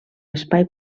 espai